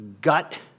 gut